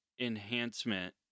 enhancement